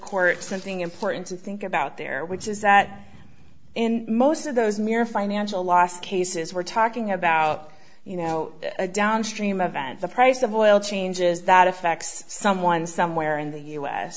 court something important to think about there which is that in most of those mere financial loss cases we're talking about you know a downstream a vent the price of oil changes that affects someone somewhere in the u